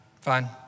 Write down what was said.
fine